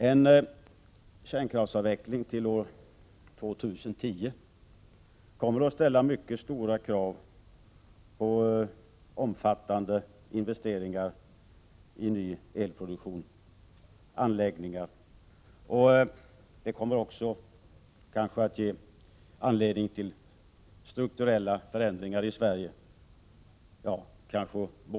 En kärnkraftsavveckling fram till år 2010 kommer att ställa mycket stora krav på omfattande investeringar i nya anläggningar för elproduktion. Detta kommer kanske också att ge anledning till strukturella förändringar i Sverige.